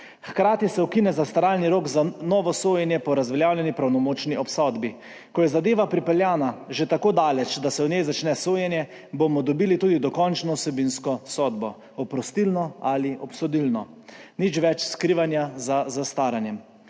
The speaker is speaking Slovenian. Hkrati se ukine zastaralni rok za novo sojenje po razveljavljeni pravnomočni obsodbi. Ko je zadeva pripeljana že tako daleč, da se v njej začne sojenje, bomo dobili tudi dokončno vsebinsko sodbo: oprostilno ali obsodilno. Nič več skrivanja za zastaranjem.